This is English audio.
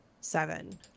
seven